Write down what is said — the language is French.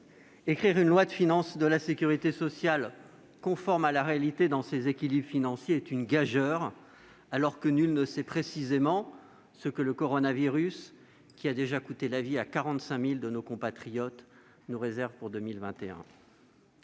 écrire une loi de financement de la sécurité sociale conforme à la réalité dans ses équilibres financiers est une gageure, alors que nul ne sait précisément ce que le coronavirus, qui a déjà coûté la vie à 45 000 de nos compatriotes, nous réserve pour 2021.